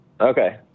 Okay